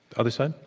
other side?